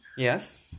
Yes